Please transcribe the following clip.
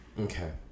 Okay